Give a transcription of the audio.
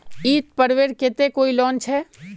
ईद पर्वेर केते कोई लोन छे?